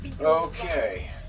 Okay